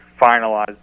finalized